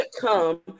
come